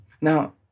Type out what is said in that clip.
Now